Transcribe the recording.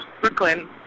Brooklyn